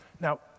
Now